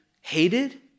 hated